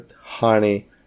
honey